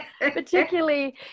Particularly